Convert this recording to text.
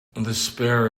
despair